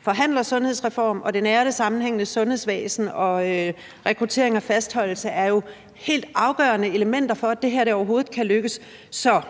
forhandler om en sundhedsreform og det nære og det sammenhængende sundhedsvæsen. Rekruttering og fastholdelse er jo helt afgørende elementer for, at det her overhovedet kan lykkes. Så